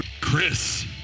Chris